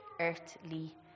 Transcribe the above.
earthly